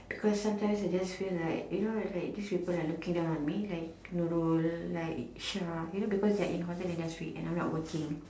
because sometimes I just feel like this people are looking down on me you know like Nurul and Syah you know just because I'm not working